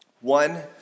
One